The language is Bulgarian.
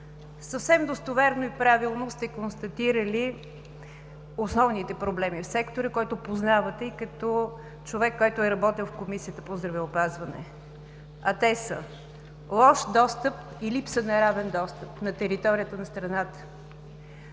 Съвсем достоверно и правилно сте констатирали основните проблеми в сектора, който познавате, и като човек, работил в Комисията по здравеопазване. Те са: лош достъп и липса на равен достъп на територията на страната;